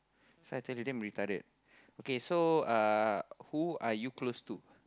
so I tell you damn retarded okay so uh who are you close to